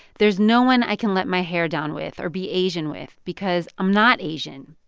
there's no one i can let my hair down with or be asian with because i'm not asian.